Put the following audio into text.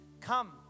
come